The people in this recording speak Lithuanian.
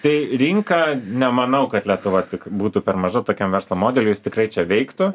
tai rinka nemanau kad lietuva tik būtų per maža tokiam verslo modeliui jis tikrai čia veiktų